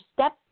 step